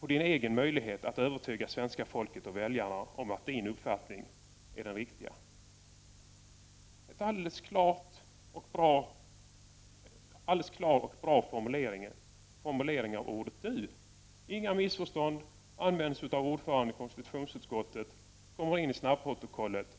på din möjlighet att övertyga svenska folket och väljarna om din uppfattning när det gäller älvarna.” En alldeles klar och bra formulering av ordet du. Inga missförstånd. Används av ordföranden i konstitutionsutskottet. Kommer in i snabbprotokollet.